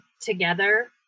together